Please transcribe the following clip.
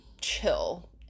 chill